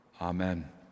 Amen